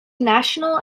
national